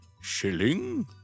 Shilling